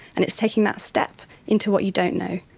and it's taking that step into what you don't know,